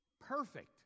perfect